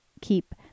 keep